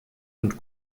und